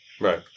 Right